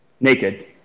Naked